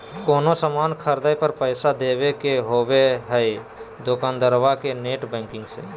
कोनो सामान खर्दे पर पैसा देबे के होबो हइ दोकंदारबा के नेट बैंकिंग से